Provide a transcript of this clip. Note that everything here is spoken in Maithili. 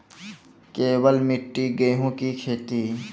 केवल मिट्टी गेहूँ की खेती?